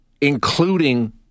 including